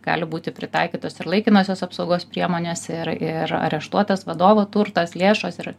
gali būti pritaikytos ir laikinosios apsaugos priemonės ir ir areštuotas vadovo turtas lėšos ir